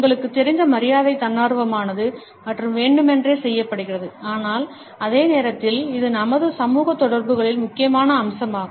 உங்களுக்குத் தெரிந்த மரியாதை தன்னார்வமானது மற்றும் வேண்டுமென்றே செய்யப்படுகிறது ஆனால் அதே நேரத்தில் இது நமது சமூக தொடர்புகளின் முக்கியமான அம்சமாகும்